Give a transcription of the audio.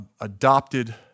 adopted